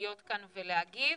להיות כאן ולהגיב.